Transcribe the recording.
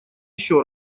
еще